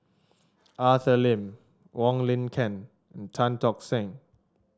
Arthur Lim Wong Lin Ken and Tan Tock Seng